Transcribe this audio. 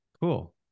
Cool